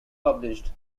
published